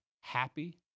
happy